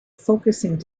focusing